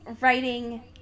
writing